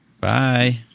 Bye